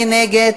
מי נגד?